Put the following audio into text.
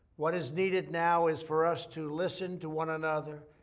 what is needed now is for us to listen to one another,